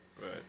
Right